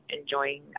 enjoying